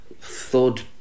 thud